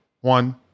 one